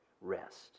rest